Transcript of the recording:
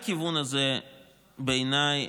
ובעיניי,